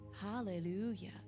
Hallelujah